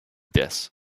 this